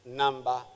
number